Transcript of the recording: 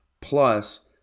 plus